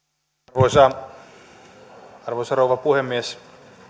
arvoisa arvoisa rouva puhemies